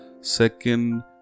Second